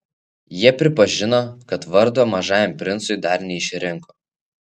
jie pripažino kad vardo mažajam princui dar neišrinko